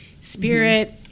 spirit